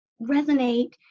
resonate